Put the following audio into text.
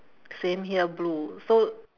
same here blue so